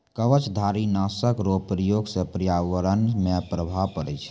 कवचधारी नाशक रो प्रयोग से प्रर्यावरण मे प्रभाव पड़ै छै